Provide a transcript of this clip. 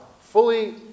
fully